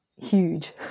huge